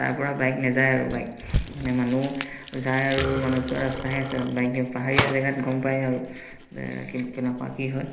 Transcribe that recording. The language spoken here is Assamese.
তাৰ পৰা বাইক নেযায় আৰু বাইক মানে মানুহ যায় আৰু মানুহ যোৱা ৰাস্তাহে আছে বাইক পাহাৰীয়া জেগাত গম পায় আৰু কেনেকুৱা কি হয়